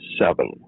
seven